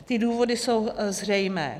Ty důvody jsou zřejmé.